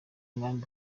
nkambi